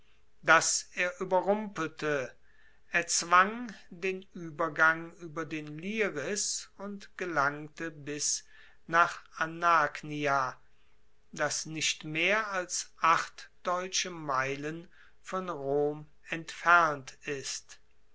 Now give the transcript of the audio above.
das er ueberrumpelte erzwang den uebergang ueber den liris und gelangte bis nach anagnia das nicht mehr als acht deutsche meilen von rom entfernt ist